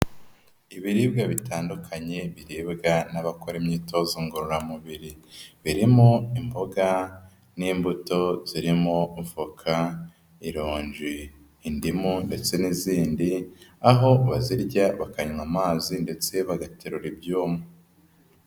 Ibiribwa bitandukanye biribwa n'abakora imyitozo ngororamubiri, birimo imboga n'imbuto zirimo voka, ironji, indimu ndetse n'izindi, aho bazirya bakanywa amazi ndetse bagaterura ibyuma.